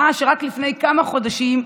הצעה שרק לפני כמה חודשים,